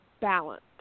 balance